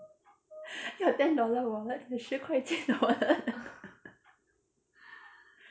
your ten dollar wallet the 十块钱的 wallet